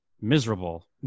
miserable